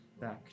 back